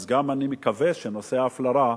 אז אני גם מקווה שנושא ההפלרה,